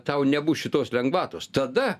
tau nebus šitos lengvatos tada